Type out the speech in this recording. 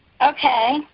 Okay